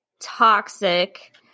toxic